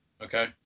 Okay